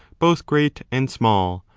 both great and small,